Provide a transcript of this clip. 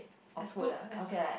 exclude ex~